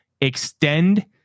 extend